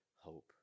hope